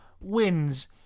wins